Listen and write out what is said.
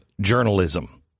journalism